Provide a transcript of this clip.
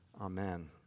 Amen